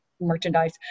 merchandise